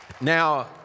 Now